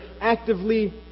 actively